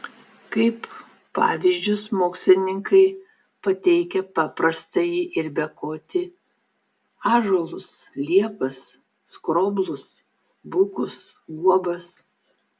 kaip pavyzdžius mokslininkai pateikia paprastąjį ir bekotį ąžuolus liepas skroblus bukus guobas